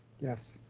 yes.